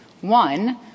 One